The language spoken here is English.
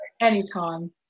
Anytime